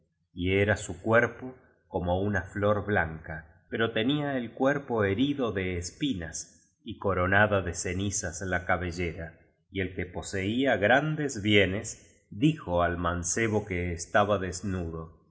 y era su cuerpo como una flor blanca pero tenía el cuerpo herido de espinas y coronada de cenizas la cabellera y el que poseía grandes bienes dijo al mancebo que estaba desnudo